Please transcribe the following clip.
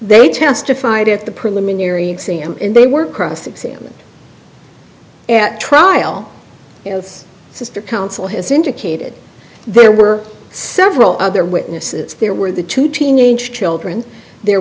they testified at the preliminary exam and then weren't cross examined at trial you know sister counsel has indicated there were several other witnesses there were the two teenage children there